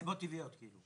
בנסיבות טבעיות.